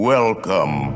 Welcome